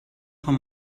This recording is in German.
von